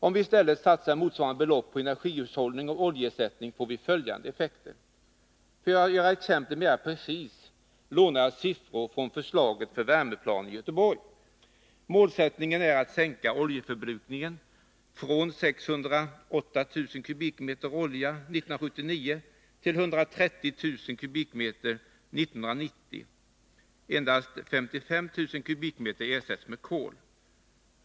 Om vi i stället satsar motsvarande belopp på energihushållning och oljeersättning får vi följande effekter — för att göra exemplet mera precist, lånar jag siffror från förslaget till värmeplan för Göteborg: Målsättningen är att man skall sänka oljeförbrukningen från 608 000 m? olja 1979 till 130 000 m? år 1990. Endast 55 000 m? ersätts med kol.